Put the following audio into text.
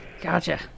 gotcha